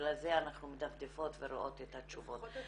בגלל זה אנחנו מדפדפות ורואות את התשובות.